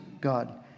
God